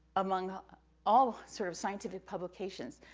among all sort of scientific publications,